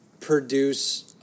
produce